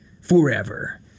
forever